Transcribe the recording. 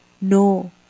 no